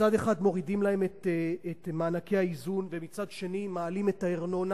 מצד אחד מורידים להן את מענקי האיזון ומצד שני מעלים את הארנונה,